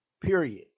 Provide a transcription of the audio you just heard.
Period